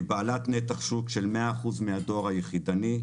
היא בעלת נתח שוק של מאה אחוזים מהדואר היחידני,